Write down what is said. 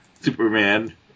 Superman